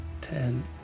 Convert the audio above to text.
ten